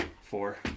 Four